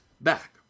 back